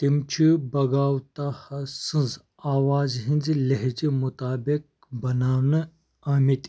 تِم چھِ بھگاوتا ہس سنٛز آواز ہٕنٛد لہجہِ مُطٲبِق بناونہِ أمٕتۍ